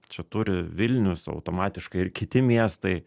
čia turi vilnius automatiškai ir kiti miestai